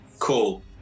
Cool